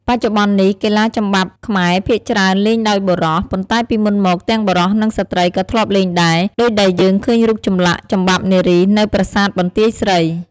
បច្ចុប្បន្ននេះ កីឡាចំបាប់ខ្មែរភាគច្រើនលេងដោយបុរស ប៉ុន្តែពីមុនមក ទាំងបុរស និងស្ត្រីក៏ធ្លាប់លេងដែរ ដូចដែលយើងឃើញរូបចម្លាក់ចំបាប់នារីនៅប្រាសាទបន្ទាយស្រី។